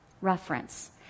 reference